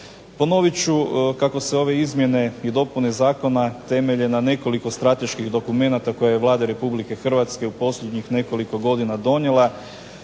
Ponovit ću kako se ove izmjene i dopune zakona temelje na nekoliko strateških dokumenata koje je Vlada Republike Hrvatske u posljednjih nekoliko godina donijela.